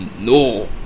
no